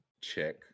check